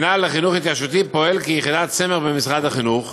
המינהל לחינוך התיישבותי פועל כיחידת סמך במשרד החינוך,